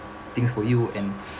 things for you and